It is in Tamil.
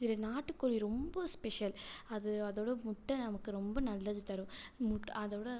இதில் நாட்டுக்கோழி ரொம்ப ஸ்பெஷல் அது அதோடய முட்டை நமக்கு ரொம்ப நல்லது தரும் முட்டை அதோடய